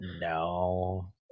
No